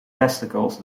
testicles